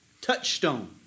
Touchstone